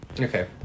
Okay